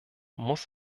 muss